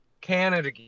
Canada